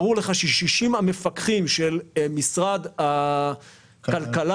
ברור ש-60 המפקחים של משרד הכלכלה